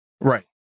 right